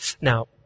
now